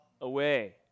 away